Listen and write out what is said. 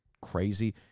crazy